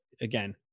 again